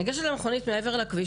ניגשת למכונית מעבר לכביש,